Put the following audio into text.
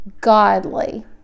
godly